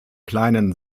kleinen